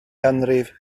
ganrif